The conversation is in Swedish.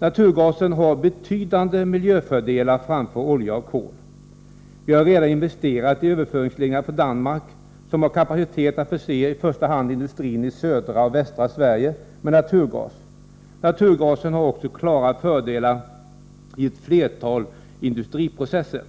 Naturgasen har betydande miljöfördelar framför olja och kol. Vi har redan investerat i överföringsledningar från Danmark som har kapacitet att förse i första hand industrin i södra och västra Sverige med naturgas. Naturgasen har också klara positiva sidor i ett flertal industriprocesser.